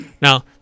Now